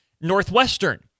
Northwestern